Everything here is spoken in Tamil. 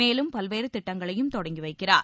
மேலும் பல்வேறு திட்டங்களையும் தொடங்கி வைக்கிறார்